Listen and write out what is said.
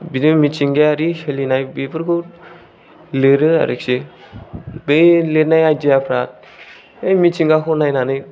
बिदिनो मिथिंगायारि सोलिनाय बेफोरखौ लिरो आरोखि बे लिरनाय आयदियाफोरा बै मिथिंगाखौ नायनानै